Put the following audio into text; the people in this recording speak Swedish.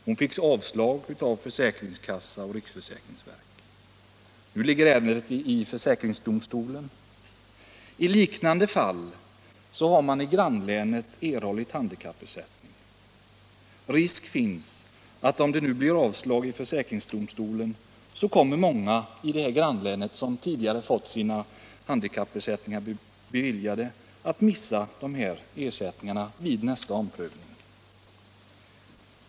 Hon fick avslag av försäkringskassan och riksförsäkringsverket. Nu ligger ärendet hos försäkringsdomstolen. I grannlänet har handikappersättning utgått i liknande fall. Risk finns att om det blir avslag i försäkringsdomstolen så kommer i detta grannlän många som tidigare beviljats handikappersättning att vid nästa omprövning gå miste om sådan ersättning.